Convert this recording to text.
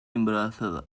embarazada